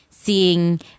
seeing